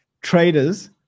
traders